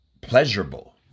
Pleasurable